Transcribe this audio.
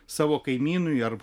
savo kaimynui ar